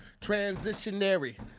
Transitionary